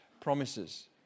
promises